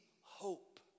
hope